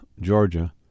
Georgia